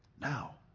now